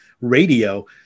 radio